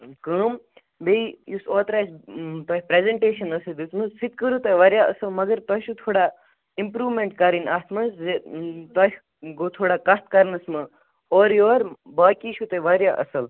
کٲم بیٚیہِ یُس اوترٕ اَسہِ تۄہہِ پریزنٹیشن ٲسو دِژمٕژ سہٕ تہِ کٔرٕو تۄہہِ واریاہ اصل مگر تۄہہِ چھو تھوڑا اِمپروٗمٮ۪نٹ کَرٕنۍ اتھ منز یہِ تۄہہِ گوٚو تھوڑا کَتھ کَرنس منز اورٕ یورٕ باقٕے چھو تۄہہِ واریاہ اصل